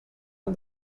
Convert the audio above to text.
han